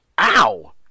Ow